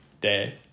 day